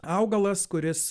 augalas kuris